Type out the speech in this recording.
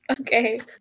Okay